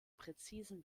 präzisen